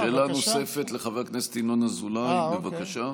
שאלה נוספת, לחבר הכנסת ינון אזולאי, בבקשה.